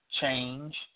change